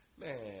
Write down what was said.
man